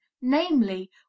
namely